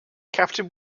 captain